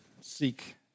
seek